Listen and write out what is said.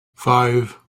five